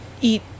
eat